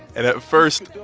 and at first,